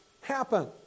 happen